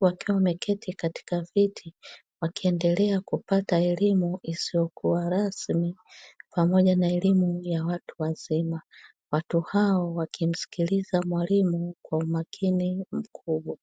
Wakiwa wameketi katika viti wakiendelea kupata elimu isiyokuwa rasmi, pamoja na elimu ya watu wazima. Watu hao wakimsikiliza mwalimu kwa umakini mkubwa.